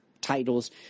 titles